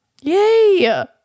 Yay